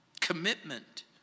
commitment